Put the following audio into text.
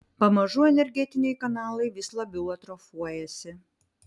pamažu energetiniai kanalai vis labiau atrofuojasi